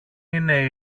είναι